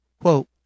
quote